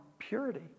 purity